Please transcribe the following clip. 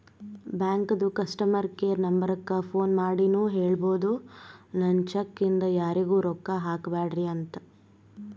ಬ್ಯಾಂಕದು customer care ನಂಬರಕ್ಕ phone ಮಾಡಿನೂ ಹೇಳ್ಬೋದು, ನನ್ ಚೆಕ್ ಇಂದ ಯಾರಿಗೂ ರೊಕ್ಕಾ ಕೊಡ್ಬ್ಯಾಡ್ರಿ ಅಂತ